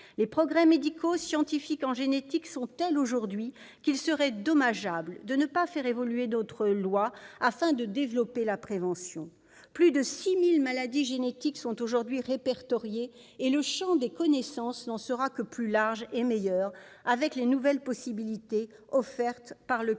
Les progrès médicaux et scientifiques en génétique sont tels aujourd'hui qu'il serait dommageable de ne pas faire évoluer notre loi afin de développer la prévention. Plus de 6 000 maladies génétiques sont aujourd'hui répertoriées et le champ des connaissances n'en sera que plus large et meilleur avec les nouvelles possibilités offertes par le cadre